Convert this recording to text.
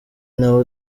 nawe